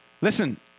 Listen